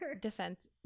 Defense